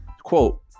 Quote